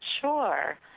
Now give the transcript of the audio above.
Sure